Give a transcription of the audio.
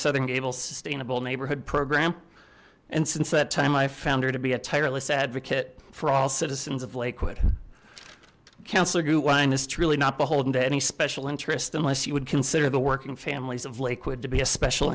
southern gables sustainable neighborhood program and since that time i've found her to be a tireless advocate for all citizens of lakewood councillor goo wine has truly not beholden to any special interest unless you would consider the working families of would to be a special